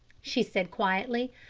she said quietly.